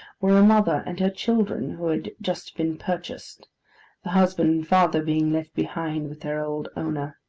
were a mother and her children who had just been purchased the husband and father being left behind with their old owner.